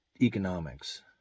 economics